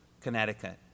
Connecticut